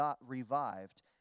revived